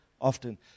often